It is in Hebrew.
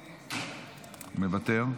מוותר.